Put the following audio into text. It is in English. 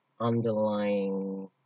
underlying